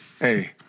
hey